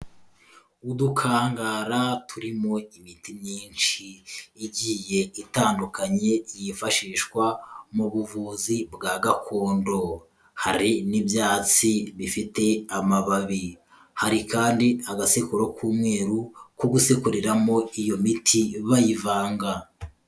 Udukangara turimo imiti myinshi, igiye itandukanye yifashishwa mu buvuzi bwa gakondo. Hari n'ibyatsi bifite amababi. Hari kandi agasekoro k'umweru ko gusekoreramo iyo miti bayivanga.